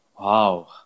Wow